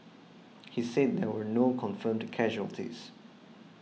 he said there were no confirmed casualties